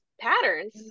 patterns